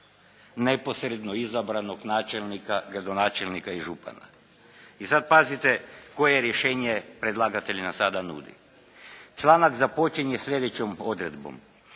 neposredno izabranog načelnika, gradonačelnika i župana. I sad pazite koje rješenje predlagatelj nam sada nudi. Članak započinje sljedećom odredbom.